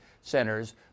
centers